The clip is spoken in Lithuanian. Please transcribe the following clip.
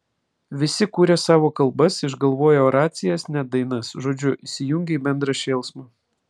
visi kuria savo kalbas išgalvoję oracijas net dainas žodžiu įsijungia į bendrą šėlsmą